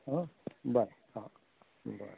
आ बरें आ बरें